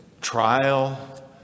trial